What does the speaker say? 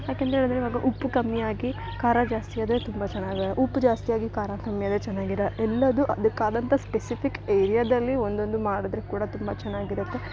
ಯಾಕಂತ ಹೇಳಿದ್ರೆ ಇವಾಗ ಉಪ್ಪು ಕಮ್ಮಿಯಾಗಿ ಖಾರ ಜಾಸ್ತಿಯಾದ್ರೆ ತುಂಬ ಚೆನ್ನಾಗಿ ಉಪ್ಪು ಜಾಸ್ತಿಯಾಗಿ ಖಾರ ಕಮ್ಮಿಯಾದ್ರೆ ಚೆನ್ನಾಗಿರಲ ಎಲ್ಲದು ಅದುಕಾದಂಥ ಸ್ಪೆಸಿಫಿಕ್ ಏರಿಯಾದಲ್ಲಿ ಒಂದೊಂದು ಮಾಡಿದ್ರೆ ಕೂಡ ತುಂಬ ಚೆನ್ನಾಗಿರುತ್ತೆ